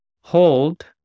Hold